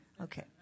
Okay